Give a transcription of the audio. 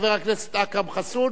חבר הכנסת אכרם חסון,